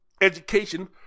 education